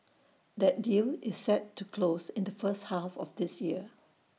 that deal is set to close in the first half of this year